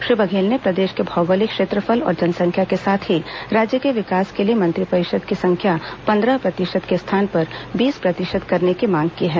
श्री बघेल ने प्रदेश के भौगोलिक क्षेत्रफल और जनसंख्या के साथ ही राज्य के विकास के लिए मंत्रिपरिषद की संख्या पंद्रह प्रतिशत के स्थान पर बीस प्रतिशत करने की मांग की है